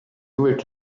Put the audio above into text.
nouvelles